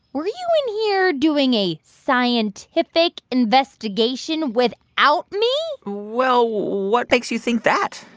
were you in here doing a scientific investigation without me? well, what makes you think that?